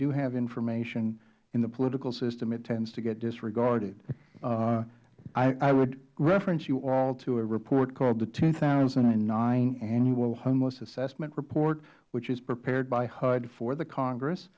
do have information in the political system it tends to get disregarded i would reference you all to a report called the two thousand and nine annual homeless assessment report which is prepared by hud for the congress